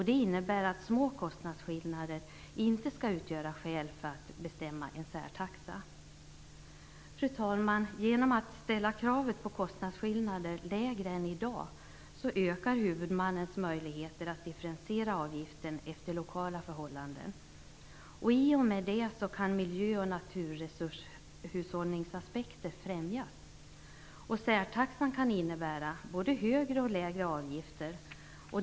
Det innebär att små kostnadsskillnader inte skall utgöra skäl för ett bestämmande av en särtaxa. Fru talman! Genom att man ställer kravet på kostnadsskillnader lägre än i dag ökar huvudmannens möjligheter att differentiera avgiften efter lokala förhållanden. I och med det kan miljö och naturresurshushållningsaspekter främjas. Särtaxan kan innebära både högre och lägre avgifter.